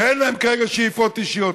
שאין להם כרגע שאיפות אישיות,